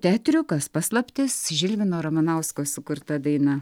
teatriukas paslaptis žilvino ramanausko sukurta daina